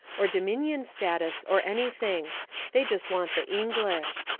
or dominion status, or anything they just want the english.